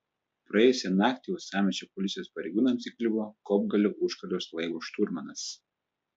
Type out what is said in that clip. praėjusią naktį uostamiesčio policijos pareigūnams įkliuvo kopgalio užkardos laivo šturmanas